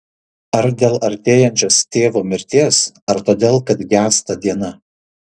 ar dėl artėjančios tėvo mirties ar todėl kad gęsta diena